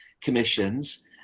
commissions